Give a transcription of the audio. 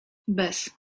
bez